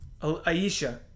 Aisha